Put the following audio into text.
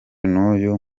n’uyu